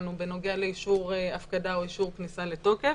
שלנו בנוגע לאישור הפקדה או אישור כניסה לתוקף,